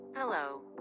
Hello